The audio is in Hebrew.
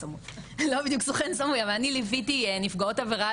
לא בדיוק סוכן סמוי אבל אני ליוויתי נפגעות עבירה